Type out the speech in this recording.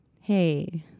Hey